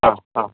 हां हां